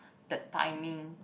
the timing